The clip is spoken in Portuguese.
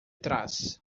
trás